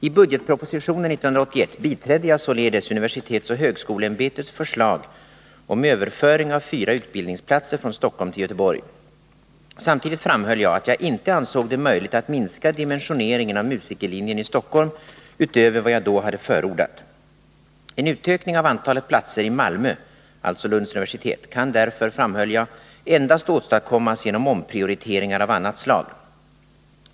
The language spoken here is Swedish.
I budgetpropositionen 1981 biträdde jag således universitetsoch högskoleämbetets förslag om överföring av fyra utbildningsplatser från Stockholm till Göteborg. Samtidigt framhöll jag att jag inte ansåg det möjligt att minska dimensioneringen av musikerlinjen i Stockholm utöver vad jag då hade förordat. En utökning av antalet platser i Malmö kan därför — framhöll jag — endast åstadkommas genom omprioriteringar av annat slag.